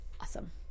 awesome